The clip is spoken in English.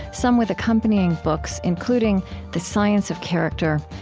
some with accompanying books, including the science of character,